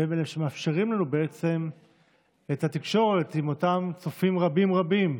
והם אלה שמאפשרים לנו את התקשורת עם אותם צופים רבים רבים,